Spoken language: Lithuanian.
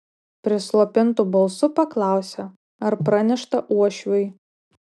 prislopintu balsu paklausė ar pranešta uošviui